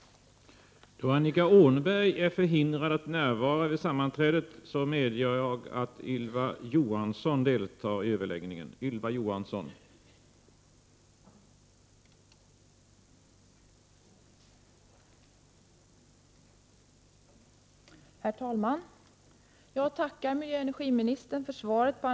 Då Annika Åhnberg, som framställt frågan, anmält att hon var förhindrad att närvara vid sammanträdet, medgav talmannen att Ylva Johansson i stället fick delta i överläggningen.